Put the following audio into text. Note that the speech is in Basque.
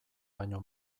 baino